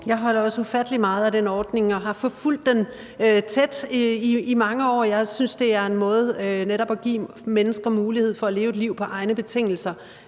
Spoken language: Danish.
Jeg holder også ufattelig meget af den ordning og har fulgt den tæt i mange år. Jeg synes netop, det er en måde at give mennesker mulighed for at leve et liv på egne betingelser,